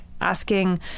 asking